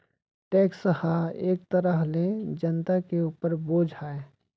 tax ह एक तरह ले जनता के उपर बोझ आय